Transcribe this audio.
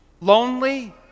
lonely